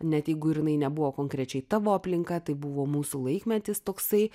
net jeigu ir jinai nebuvo konkrečiai tavo aplinka tai buvo mūsų laikmetis toksai